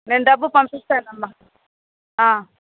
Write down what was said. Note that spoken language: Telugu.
నేను డబ్బు పంపింస్తాను అమ్మ